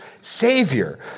Savior